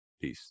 Peace